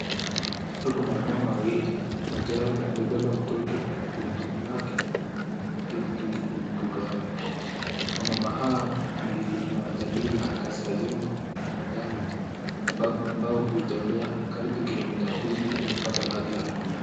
Hapa kuna wamama wawili, mmoja wao amebeba mtoto kwenye tundu lake na maji ya mtungi kwenye mgongo wake. Wamama hawa ni wa jamii la kaskazini ya jangwa ambao hutembea kati ya kilomita kumi ili wapate maji ya kunywa.